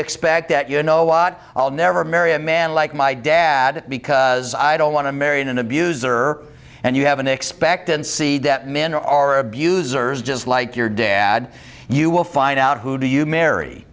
expect that you know out i'll never marry a man like my dad because i don't want to marry an abuser and you have an expectancy that men are abusers just like your dad you will find out who do you marry